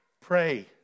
Pray